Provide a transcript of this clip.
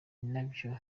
nabyo